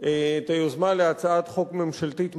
את היוזמה להצעת חוק ממשלתית מקבילה.